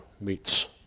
meets